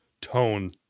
tone